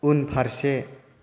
उनफारसे